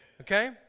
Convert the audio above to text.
Okay